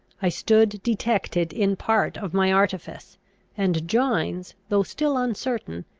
i stood detected in part of my artifice and gines, though still uncertain,